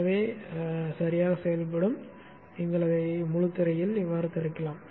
எனவே சரியாகச் செயல்படும் நீங்கள் அதை முழுத் திரையில் திறக்கலாம்